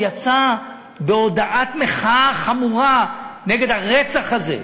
יצא בהודעת מחאה חמורה נגד הרצח הזה,